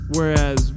Whereas